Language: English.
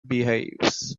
behaves